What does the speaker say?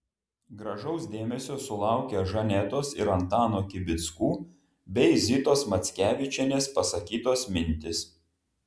gražaus dėmesio sulaukė žanetos ir antano kibickų bei zitos mackevičienės pasakytos mintys